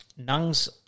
nungs